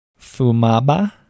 Fumaba